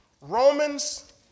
Romans